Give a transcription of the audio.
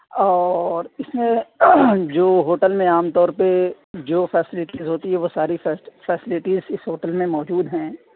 اور اِس میں جو ہوٹل میں عام طور پہ جو فیشیلیٹیز ہوتی ہے وہ ساری فیشیلیٹیز اِس ہوٹل میں موجود ہیں